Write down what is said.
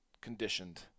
conditioned